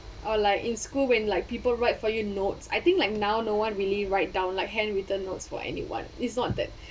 or like in school when like people write for your notes I think like now no one really write down like handwritten notes for anyone is not that